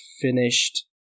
finished